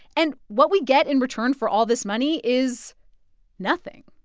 and what we get in return for all this money is nothing